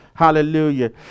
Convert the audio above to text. Hallelujah